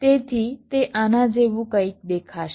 તેથી તે આના જેવું કંઈક દેખાશે